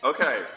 Okay